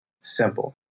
simple